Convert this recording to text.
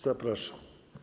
Zapraszam.